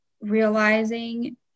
realizing